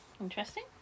Interesting